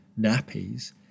nappies